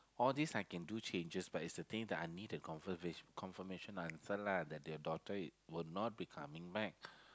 all this I can do changes but it the thing that I need to confirm confirmation answer lah that your daughter will not be coming back